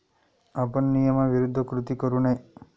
आपण नियमाविरुद्ध कृती करू नये